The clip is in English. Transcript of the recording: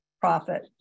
profit